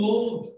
Lord